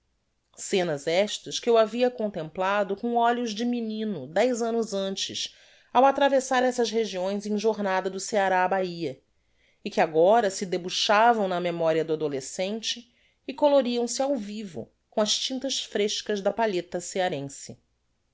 scenas estas que eu havia contemplado com olhos de menino dez annos antes ao atravessar essas regiões em jornada do ceará á bahia e que agora se debuxavam na memoria do adolescente e coloriam se ao vivo com as tintas frescas da palheta cearense